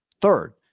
Third